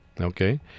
Okay